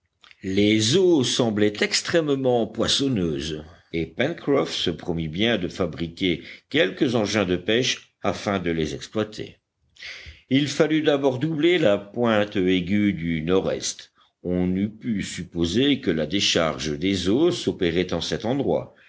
les eaux semblaient extrêmement poissonneuses et pencroff se promit bien de fabriquer quelques engins de pêche afin de les exploiter il fallut d'abord doubler la pointe aiguë du nord-est on eût pu supposer que la décharge des eaux s'opérait en cet endroit